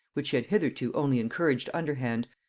which she had hitherto only encouraged underhand,